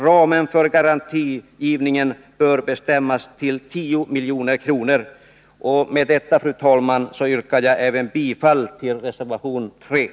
Ramen för garantigivningen bör bestämmas till 10 milj.kr. Med detta, fru talman, yrkar jag bifall även till reservation 3.